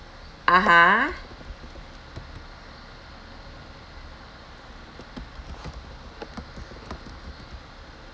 (uh huh)